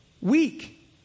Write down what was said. weak